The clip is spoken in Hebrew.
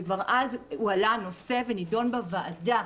וכבר אז הועלה הנושא ונידון בוועדה,